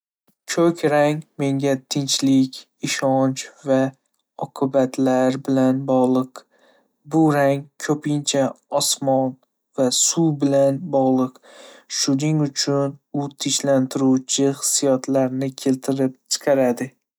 Ko'k rang menga tinchlik, ishonch va oqibatlar bilan bog'liq. Bu rang ko'pincha osmon va suv bilan bog'liq, shuning uchun u tinchlantiruvchi hissiyotlarni keltirib chiqaradi.